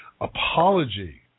apology